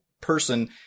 person